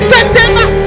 September